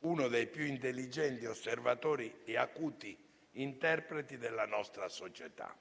uno dei più intelligenti osservatori e acuti interpreti della nostra società.